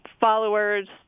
followers